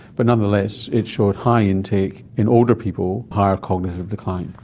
but nonetheless it showed high intake in older people, higher cognitive decline.